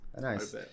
nice